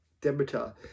Demeter